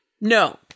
No